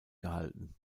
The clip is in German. gehalten